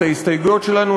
את ההסתייגויות שלנו,